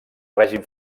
règim